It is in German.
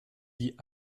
die